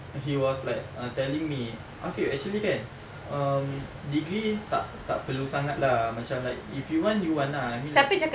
he was like uh telling me afiq actually kan um degree tak tak perlu sangat lah macam like if you want you want lah I mean like